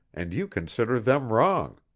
and you consider them wrong.